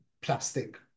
plastic